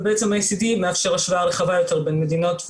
ובעצם ה-ICD מאפשר השוואה רחבה יותר בין מדינות,